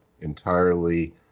entirely